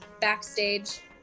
backstage